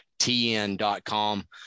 TN.com